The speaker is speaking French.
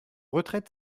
retrait